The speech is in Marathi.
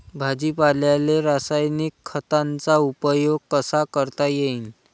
भाजीपाल्याले रासायनिक खतांचा उपयोग कसा करता येईन?